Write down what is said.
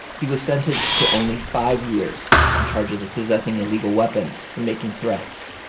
he was sentenced to only five years on charges of possessing illegal weapons and making threats.